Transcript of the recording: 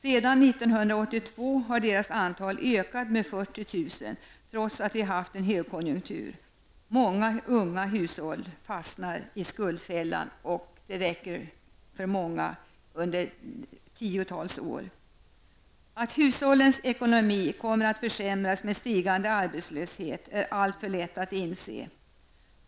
Sedan 1982 har deras antal ökat med 40 000 trots att vi haft en högkonjunktur. Många unga hushåll fastnar i skuldfällan, som för många räcker i tiotals år. Att hushållens ekonomi kommer att försämras med stigande arbetslöshet är alltför lätt att inse.